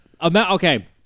okay